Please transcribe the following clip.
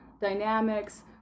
dynamics